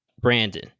Brandon